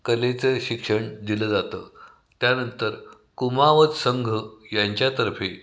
कलेचं शिक्षण दिलं जातं त्यानंतर कुमावत संघ यांच्यातर्फे